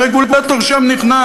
הרגולטור שם נכנס